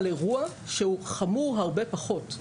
על אירוע שהוא חמור הרבה פחות.